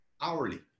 hourly